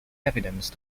evidence